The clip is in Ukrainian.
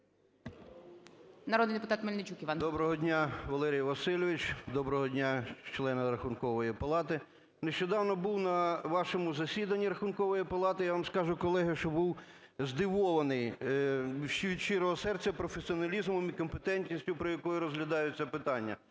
Народний депутат Мельничук Іван. 11:23:12 МЕЛЬНИЧУК І.І. Доброго дня, Валерій Васильович! Доброго дня, члени Рахункової палати! Нещодавно був на вашому засіданні, Рахункової палати. Я вам скажу, колеги, що був здивований, від щирого серця, професіоналізмом і компетентністю, з якою розглядаються питання.